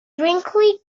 brinkley